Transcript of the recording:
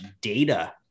data